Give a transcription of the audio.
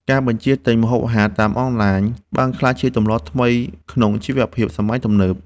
ការបញ្ជាទិញម្ហូបតាមអនឡាញ បានក្លាយជាទម្លាប់ថ្មីក្នុងជីវភាពសម័យទំនើប។